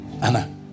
Anna